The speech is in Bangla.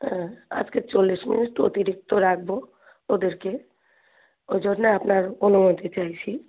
হ্যাঁ আজকে চল্লিশ মিনিট একটু অতিরিক্ত রাখব ওদেরকে ওই জন্যে আপনার অনুমতি চাইছি